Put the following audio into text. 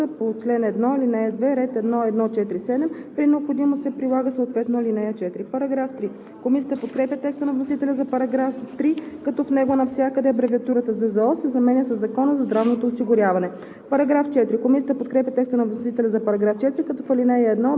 без да се нарушава балансът по бюджета на НЗОК. Средствата се отчитат по чл. 1, ал. 2, ред 1.1.4.7. При необходимост се прилага съответно ал. 4.“ Комисията подкрепя текста на вносителя за § 3, като в него навсякъде абревиатурата „ЗЗО“ се заменя със „Закона за здравното осигуряване“.